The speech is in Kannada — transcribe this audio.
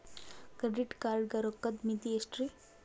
ಕ್ರೆಡಿಟ್ ಕಾರ್ಡ್ ಗ ರೋಕ್ಕದ್ ಮಿತಿ ಎಷ್ಟ್ರಿ?